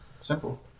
Simple